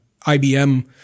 IBM